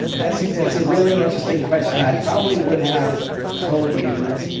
it's it's a really interesting question. i probably would have told you